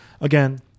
again